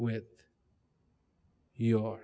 with your